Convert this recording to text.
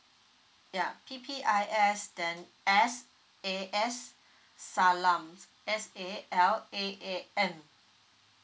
ya P_P_I_S then S A S salaam S A L A A M